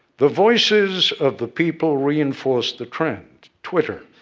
the voices of the people reinforce the trend. twitter,